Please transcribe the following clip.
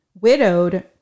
Widowed